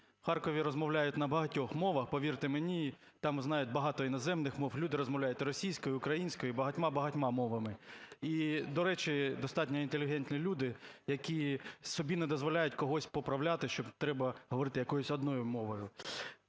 В Харкові розмовляють на багатьох мовах, повірте мені. Там знають багато іноземних мов, люди розмовляють російською, українською і багатьма-багатьма мовами. І, до речі, достатньо інтелігентні люди, які собі не дозволяють когось поправляти, що треба говорити якоюсь одною мовою.